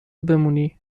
بمونی